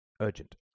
Urgent